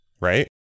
Right